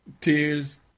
tears